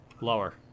Lower